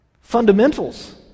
Fundamentals